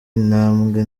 intambwe